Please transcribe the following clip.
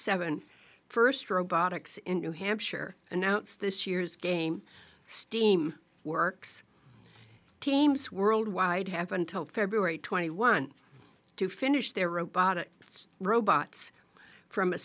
seventh first robotics in new hampshire announced this year's game steam works teams worldwide have until february twenty one to finish their robot of its robots from a